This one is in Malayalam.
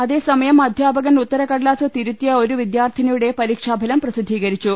അതേസമയം അധ്യാപകൻ ഉത്തരകടലാസ് തിരുത്തിയ ഒരു വിദ്യാർഥിനിയുടെ പരീക്ഷാ ഫലംപ്രസിദ്ധീകരിച്ചു